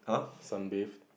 some beef